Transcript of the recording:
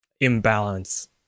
imbalance